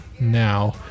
now